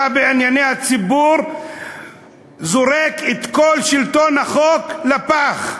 אתה בעיני הציבור זורק את כל שלטון החוק לפח.